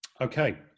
Okay